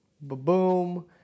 Boom